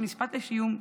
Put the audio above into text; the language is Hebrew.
משפט לסיום.